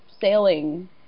sailing